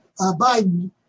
Biden